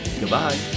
Goodbye